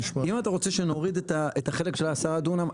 אם אתה רוצה שנוריד את החלק של 10 דונם,